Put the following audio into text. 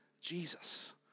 Jesus